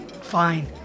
fine